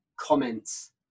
comments